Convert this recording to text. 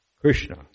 Krishna